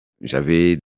J'avais